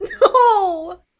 no